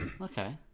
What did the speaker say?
Okay